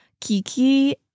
kiki